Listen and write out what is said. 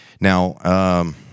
now